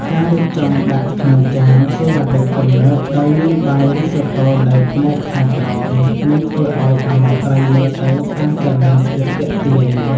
ការរៀបចំដាក់ក្នុងចានសេរ៉ាមិចទំនើបដោយមានបាយរីសូតូនៅផ្នែកខាងក្រោមនឹងធ្វើឱ្យអាម៉ុកត្រីមើលទៅកាន់តែមានភាពទាក់ទាញ។